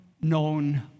known